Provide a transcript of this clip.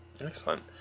Excellent